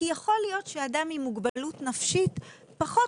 כי יכול להיות שלאדם עם מוגבלות נפשית פחות